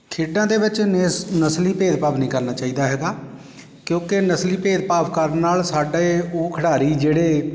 ਖੇਡਾਂ ਦੇ ਵਿੱਚ ਨਸ ਨਸਲੀ ਭੇਦ ਭਾਵ ਨਹੀਂ ਕਰਨਾ ਚਾਹੀਦਾ ਹੈਗਾ ਕਿਉਂਕਿ ਨਸਲੀ ਭੇਦ ਭਾਵ ਕਰਨ ਨਾਲ ਸਾਡੇ ਉਹ ਖਿਡਾਰੀ ਜਿਹੜੇ